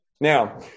Now